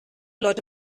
leute